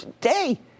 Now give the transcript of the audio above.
day